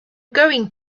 going